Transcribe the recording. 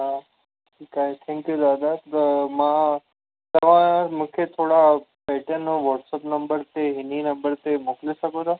हा ठीकु आहे थैंक्यू दादा मां तव्हां मूंखे थोरा पैटन वॉटसप नम्बर ते इन्हीअ नम्बर ते मोकिले सघो था